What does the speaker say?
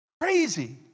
Crazy